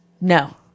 no